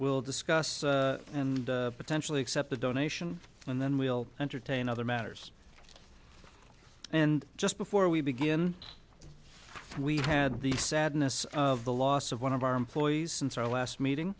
will discuss and potentially accept the donation and then we'll entertain other matters and just before we begin we had the sadness of the loss of one of our employees since our last meeting